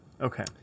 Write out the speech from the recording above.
Okay